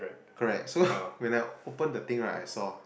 correct so when I open the thing right I saw